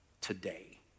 today